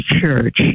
church